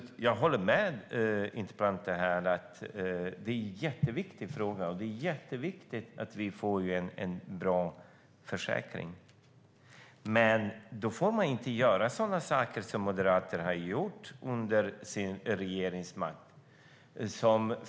Jag håller alltså med interpellanten om att det är en jätteviktig fråga, och det är jätteviktigt att vi får en bra försäkring. Men då får man inte göra sådana saker som Moderaterna gjorde när de hade regeringsmakten.